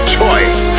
choice